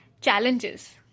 challenges